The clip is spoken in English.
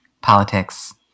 politics